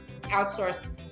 outsource